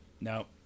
No